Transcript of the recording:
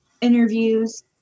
interviews